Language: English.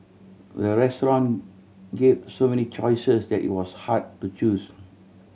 the restaurant give so many choices that it was hard to choose